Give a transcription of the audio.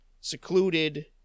secluded